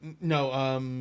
no